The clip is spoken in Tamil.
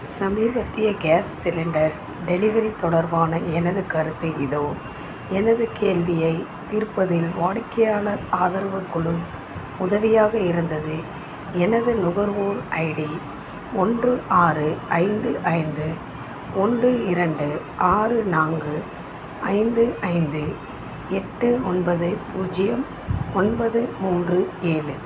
சமீபத்திய கேஸ் சிலிண்டர் டெலிவரி தொடர்பான எனது கருத்து இதோ எனது கேள்வியைத் தீர்ப்பதில் வாடிக்கையாளர் ஆதரவுக் குழு உதவியாக இருந்தது எனது நுகர்வோர் ஐடி ஒன்று ஆறு ஐந்து ஐந்து ஒன்று இரண்டு ஆறு நான்கு ஐந்து ஐந்து எட்டு ஒன்பது பூஜ்ஜியம் ஒன்பது மூன்று ஏழு